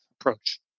approach